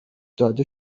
داده